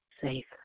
safe